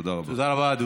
תודה רבה.